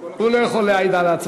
אבל אני יכול להגיד לך,